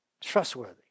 trustworthy